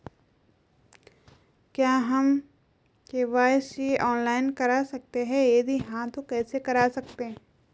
क्या हम KYC online करा सकते हैं यदि हाँ तो कैसे करा सकते हैं?